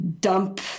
dump